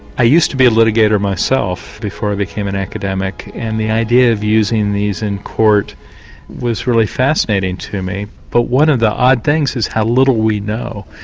i used to be a litigator myself before i became an academic, and the idea of using these in court was really fascinating to me. but one of the odd things is how little we know,